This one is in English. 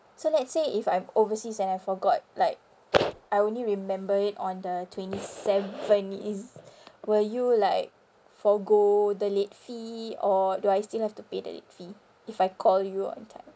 so let's say if I'm overseas and I forgot like I only remember it on the twenty seventh is will you like forgo the late fee or do I still have to pay the late fee if I call you on time